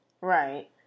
Right